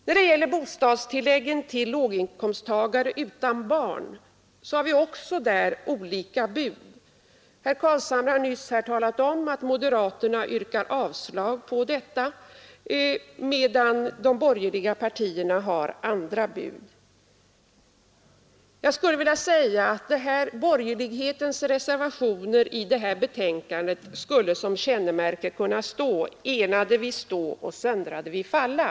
När det gäller bostadstilläggen till låginkomsttagare utan barn har vi också olika bud från de borgerliga. Herr Carlshamre har nyss talat om att moderaterna yrkar avslag på förslaget medan de övriga borgerliga partierna har andra bud. För borgerlighetens reservationer vid det här betänkandet skulle som motto kunna stå: Enade vi stå och söndrade vi falla.